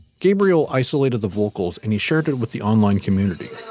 gabriel isolated the vocals and he shared it with the online community